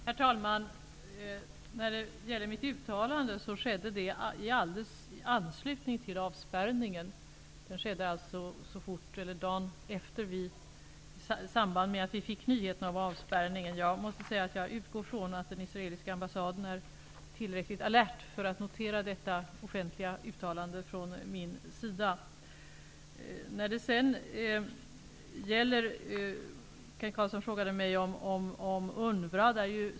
Herr talman! Mitt uttalande skedde i anslutning till att avspärrningen genomfördes. Det skedde i samband med att vi fick nyheterna om avspärrningen. Jag utgår från att den israeliska ambassaden är tillräckligt alert för att notera det offentliga uttalandet från min sida. Kent Carlsson frågade mig om UNRWA.